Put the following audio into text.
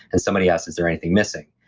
and somebody asked, is there anything missing?